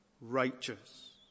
righteous